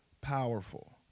powerful